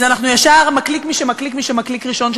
אז אנחנו ישר: מדליק מי שמקליק מי שמקליק ראשון,